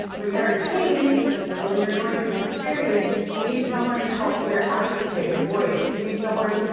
when you're in pain or when you're going through this experience, you need someone to help be your advocate, your voice. you need someone,